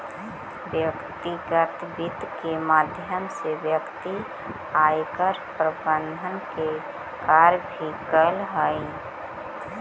व्यक्तिगत वित्त के माध्यम से व्यक्ति आयकर प्रबंधन के कार्य भी करऽ हइ